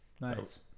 Nice